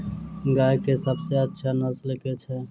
गाय केँ सबसँ अच्छा नस्ल केँ छैय?